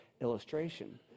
illustration